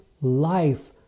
life